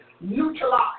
neutralize